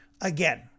again